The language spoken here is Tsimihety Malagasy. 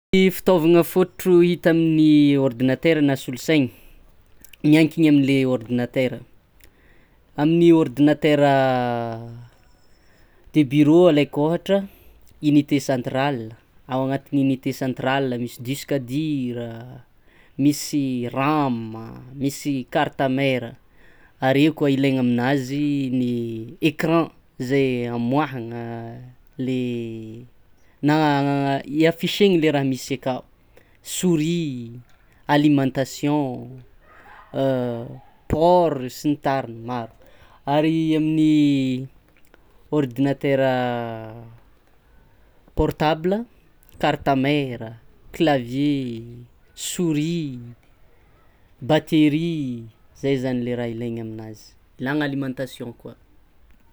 Fitaovagna fôtotro hita amin'ny ordinateur na solosaigny miankigny amy le ordinateur amin'ny ordinateur de bureau alaiky ohatra: unité centrale, ao agnatin'ny unité centrale misy disque dur a, misy ram an, misy carte mère ary eo koa ilaigny aminazy ny écran zay amoahagna le na i-afichégny le raha misy akao, souris i, alimentation, port, sy ny tariny maro. Ary amin'ny ordinateur portable a: carte mère a, clavier e, souris i, battery i, zay zany le raha ilaigny aminazy, ilagna alimentation koa.